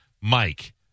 Mike